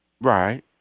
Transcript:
Right